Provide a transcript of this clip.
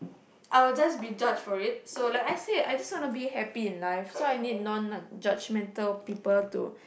I will just be judged for it so like I said I just want to be happy in life so I need non judgmental people to